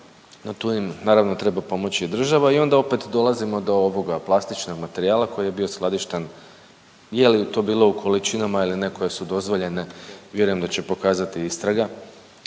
tu im naravno treba pomoći i država i onda opet dolazimo do ovoga plastičnog materijala koji je bio skladišten, je li to bilo u količinama ili ne koje su dozvoljene, vjerujem da će pokazati istraga.